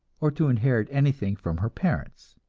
or to inherit anything from her parents.